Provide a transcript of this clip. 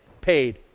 paid